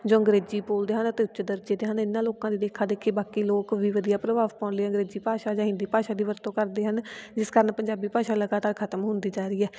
ਜੋ ਅੰਗਰੇਜ਼ੀ ਬੋਲਦੇ ਹਨ ਅਤੇ ਉੱਚ ਦਰਜੇ ਦੇ ਹਨ ਇਹਨਾਂ ਲੋਕਾਂ ਦੀ ਦੇਖਾ ਦੇਖੀ ਬਾਕੀ ਲੋਕ ਵੀ ਵਧੀਆ ਪ੍ਰਭਾਵ ਪਾਉਣ ਲਈ ਅੰਗਰੇਜ਼ੀ ਭਾਸ਼ਾ ਜਾਂ ਹਿੰਦੀ ਭਾਸ਼ਾ ਦੀ ਵਰਤੋਂ ਕਰਦੇ ਹਨ ਜਿਸ ਕਾਰਨ ਪੰਜਾਬੀ ਭਾਸ਼ਾ ਲਗਾਤਾਰ ਖਤਮ ਹੁੰਦੀ ਜਾ ਰਹੀ ਹੈ